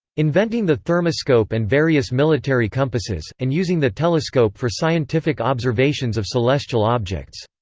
inventing the thermoscope and various military compasses, and using the telescope for scientific observations of celestial objects.